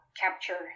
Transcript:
capture